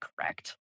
correct